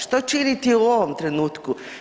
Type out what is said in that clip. Što činiti u ovom trenutku?